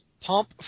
Pump